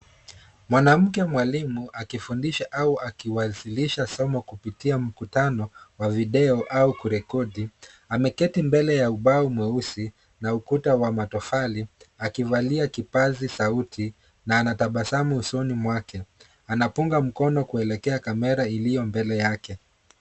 Mwanamke mwalimu akifundisha au akiwasilisha somo kupitia mkutano wa video au kurekodi, ameketi mbele ya ubao mweusi na ukuta wa matofali akivalia kipazi sauti na ana tabasamu usoni mwake. Anapunga mkono kuelekea kamera iliyo mbele yake.